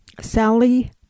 Sally